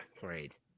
Great